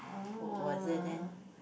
was it then